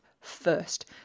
first